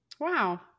Wow